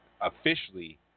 officially